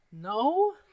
No